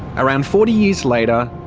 around forty years later,